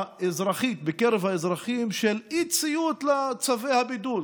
אזרחית בקרב האזרחים של אי-ציות לצווי הבידוד.